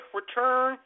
return